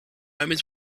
omens